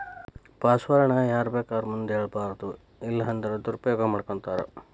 password ನ ಯಾರ್ಬೇಕಾದೊರ್ ಮುಂದ ಹೆಳ್ಬಾರದು ಇಲ್ಲನ್ದ್ರ ದುರುಪಯೊಗ ಮಾಡ್ಕೊತಾರ